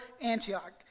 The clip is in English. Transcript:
Antioch